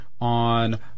on